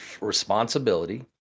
responsibility